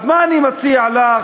אז מה אני מציע לך?